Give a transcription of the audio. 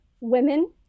women